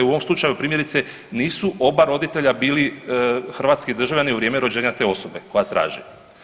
U ovom slučaju primjerice nisu oba roditelja bili hrvatski državljani u vrijeme rođenja te osobe koja traži.